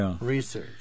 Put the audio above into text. research